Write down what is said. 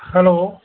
hello